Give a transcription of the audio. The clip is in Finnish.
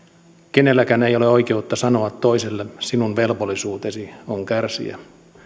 kenelläkään ei ole oikeutta sanoa toiselle sinun velvollisuutesi on kärsiä